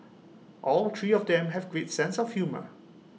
all three of them have great sense of humour